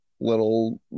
little